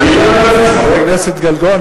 חברת הכנסת גלאון,